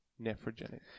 nephrogenic